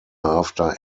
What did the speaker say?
after